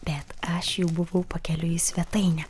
bet aš jau buvau pakeliui į svetainę